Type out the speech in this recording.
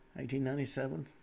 1897